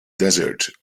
desert